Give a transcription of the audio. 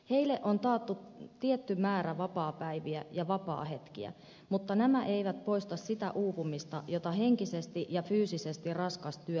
heille on taattu tietty määrä vapaapäiviä ja vapaahetkiä mutta nämä eivät poista sitä uupumista jota henkisesti ja fyysisesti raskas työ tuo tullessaan